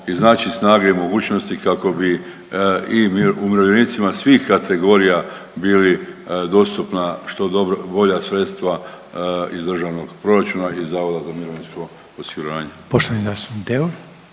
iznaći snage i mogućnosti kako bi i umirovljenicima svih kategorija bili dostupna što bolja sredstva iz državnog proračuna i Zavoda za mirovinsko osiguranje.